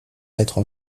être